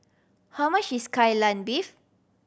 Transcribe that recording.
how much is Kai Lan Beef